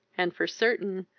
and, for certain,